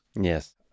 Yes